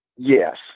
Yes